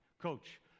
coach